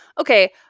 okay